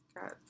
Got